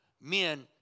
Men